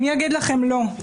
מי יגיד לכם לא?